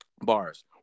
bars